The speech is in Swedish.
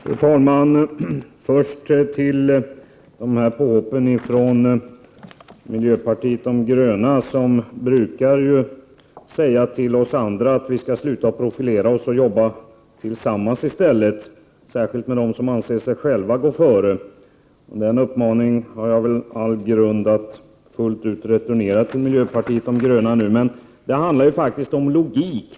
Fru talman! Först vill jag ta upp påhoppen från miljöpartiet de gröna, som brukar säga till oss andra att vi skall sluta att profilera oss och i stället jobba tillsammans, särskilt med dem som anser sig själva gå före. Den uppmaningen har jag all grund att fullt ut returnera till miljöpartiet de gröna. Det handlar om logik.